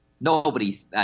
Nobody's